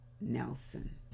Nelson